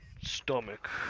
stomach